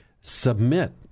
submit